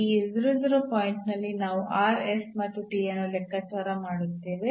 ಈ ಪಾಯಿಂಟ್ ನಲ್ಲಿ ನಾವು r s ಮತ್ತು t ಅನ್ನು ಲೆಕ್ಕಾಚಾರ ಮಾಡುತ್ತೇವೆ